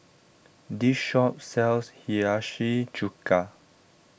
this shop sells Hiyashi Chuka